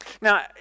Now